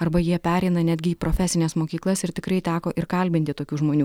arba jie pereina netgi į profesines mokyklas ir tikrai teko ir kalbinti tokių žmonių